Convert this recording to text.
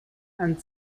and